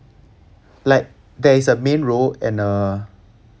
like there is a main role and a